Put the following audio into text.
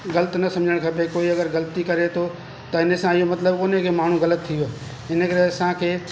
ग़लति न सम्झणु खपे कोई अगरि ग़लति करे थो त हिन ॻाल्हि जो मतिलब हुओ न की माण्हू ग़लति थी वयो हिन करे असांखे